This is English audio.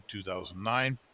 2009